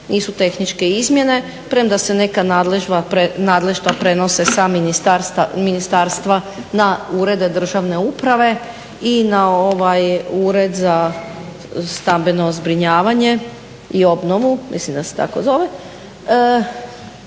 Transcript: nisu tehničke izmjene premda se neka nadleštva prenose sa ministarstva na urede državne uprave i na ovaj Ured za stambeno zbrinjavanje i obnovu, mislim da se tako zove.